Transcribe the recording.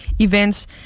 events